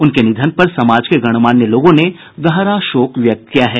उनके निधन पर समाज के गणमान्य लोगों ने गहरा शोक व्यक्त किया है